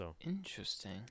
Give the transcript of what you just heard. Interesting